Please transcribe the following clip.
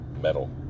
metal